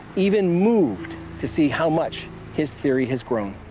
even moved, to see how much his theory has grown.